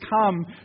come